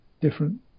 Different